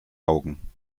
augen